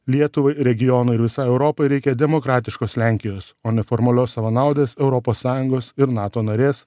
lietuvai regionui ir visai europai reikia demokratiškos lenkijos o ne formalios savanaudės europos sąjungos ir nato narės